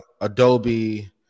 Adobe